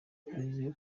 twizere